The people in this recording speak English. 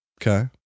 Okay